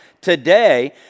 today